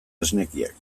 esnekiak